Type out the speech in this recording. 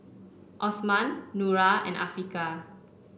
Osman Nura and Afiqah